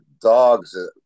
dogs